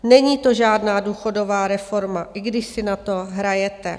Není to žádná důchodová reforma, i když si na to hrajete.